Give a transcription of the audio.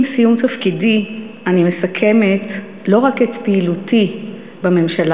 עם סיום תפקידי אני מסכמת לא רק את פעילותי בממשלה